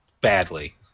badly